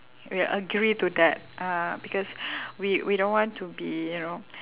we'll agree to that uh because we we don't want to be you know